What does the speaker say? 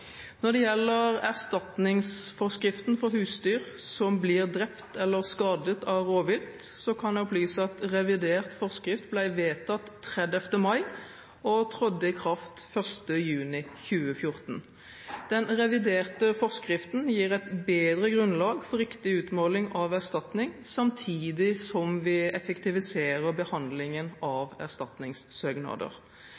Når det gjelder erstatningsforskriften for husdyr som blir drept eller skadet av rovvilt, kan jeg opplyse at revidert forskrift ble vedtatt 30. mai og trådte i kraft 1. juni 2014. Den reviderte forskriften gir et bedre grunnlag for riktig utmåling av erstatning, samtidig som vi effektiviserer behandlingen